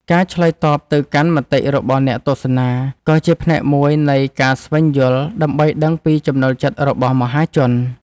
ការឆ្លើយតបទៅកាន់មតិរបស់អ្នកទស្សនា ក៏ជាផ្នែកមួយនៃការស្វែងយល់ ដើម្បីដឹងពីចំណូលចិត្តរបស់មហាជន។